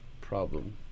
problem